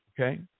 okay